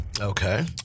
Okay